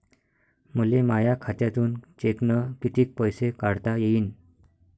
मले माया खात्यातून चेकनं कितीक पैसे काढता येईन?